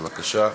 בבקשה.